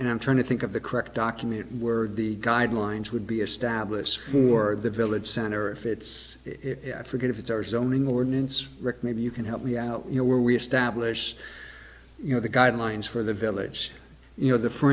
and i'm trying to think of the correct document word the guidelines would be established for the village center if it's if i forget if it's our zoning ordinance rick maybe you can help me out you know where we establish you know the guidelines for the village you know